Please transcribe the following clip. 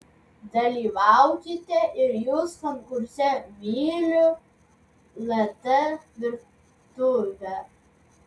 dalyvaukite ir jūs konkurse myliu lt virtuvę